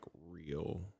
real